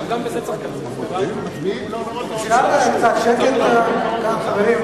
אפשר קצת שקט כאן, חברים?